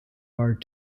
are